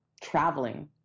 traveling